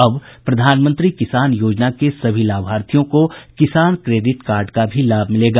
अब प्रधानमंत्री किसान योजना के सभी लाभार्थियों को किसान क्रेडिट कार्ड का भी लाभ मिलेगा